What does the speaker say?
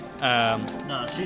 No